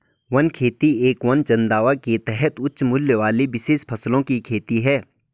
one खेती एक वन चंदवा के तहत उच्च मूल्य वाली विशेष फसलों की खेती है